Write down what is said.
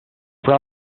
put